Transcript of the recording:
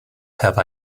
have